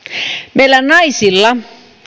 meillä naisilla